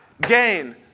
gain